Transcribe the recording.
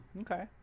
Okay